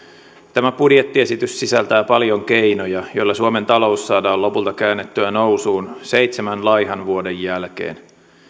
tämä budjettiesitys sisältää paljon keinoja joilla suomen talous saadaan lopulta käännettyä nousuun seitsemän laihan vuoden jälkeen